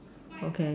okay